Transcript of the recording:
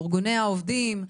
ארגוני העובדים,